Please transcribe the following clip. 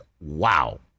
wow